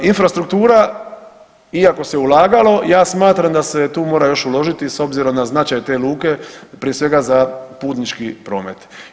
Infrastruktura iako se ulagalo, ja smatram da se tu mora još uložiti s obzirom na značaj te luke prije svega za putnički promet.